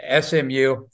SMU